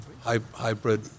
Hybrid